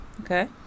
Okay